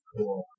Cool